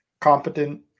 Competent